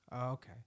Okay